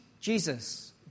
Jesus